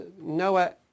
Noah